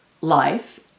life